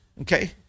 Okay